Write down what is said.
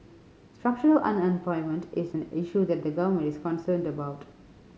structural unemployment is an issue that the Government is concerned about